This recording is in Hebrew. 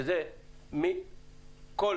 שזה מכסה את כל